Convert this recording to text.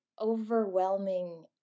overwhelming